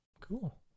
Cool